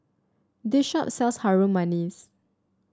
this shop sells Harum Manis